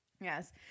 Yes